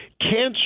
cancer